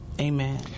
Amen